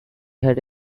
had